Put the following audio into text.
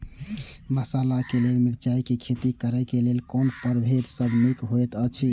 मसाला के लेल मिरचाई के खेती करे क लेल कोन परभेद सब निक होयत अछि?